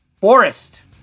Forest